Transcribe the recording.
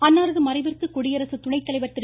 அன்னாரது மறைவிற்கு குடியரசு துணை தலைவர் திரு